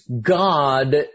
God